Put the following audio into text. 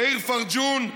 יאיר פרג'ון,